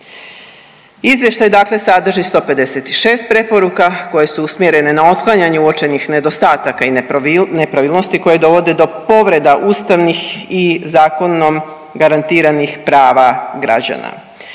Izvještaj dakle sadrži 156 preporuka koje su usmjerene na otklanjanje uočenih nedostataka i nepravilnosti koje dovode do povreda ustavnih i zakonom garantiranih prava građana.